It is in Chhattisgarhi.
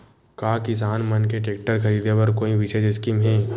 का किसान मन के टेक्टर ख़रीदे बर कोई विशेष स्कीम हे?